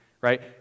right